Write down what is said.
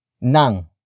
Nang